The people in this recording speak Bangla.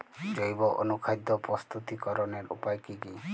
জৈব অনুখাদ্য প্রস্তুতিকরনের উপায় কী কী?